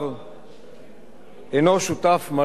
אינו שותף מלא לנטל הזה.